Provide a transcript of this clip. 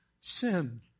sin